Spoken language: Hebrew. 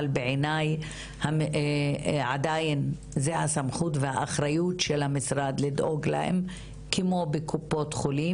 אבל בעיני עדיין זה הסמכות והאחריות של המשרד לדאוג להן כמו בקופות חולים